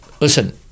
Listen